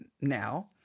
now